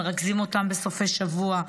מרכזים אותם בסופי שבוע,